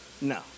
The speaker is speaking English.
No